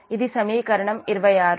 ఇది సమీకరణం 26